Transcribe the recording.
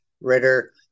Ritter